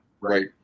right